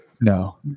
No